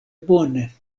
bone